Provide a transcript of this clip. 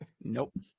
Nope